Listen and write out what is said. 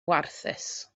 warthus